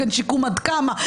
עד כמה,